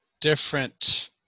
different